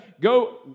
Go